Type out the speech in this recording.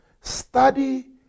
Study